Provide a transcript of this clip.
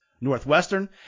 Northwestern